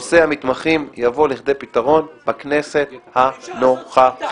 נושא המתמחים יבוא לכדי פתרון בכנסת הנוכחית.